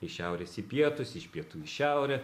iš šiaurės į pietus iš pietų į šiaurę